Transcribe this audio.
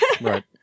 Right